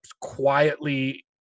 quietly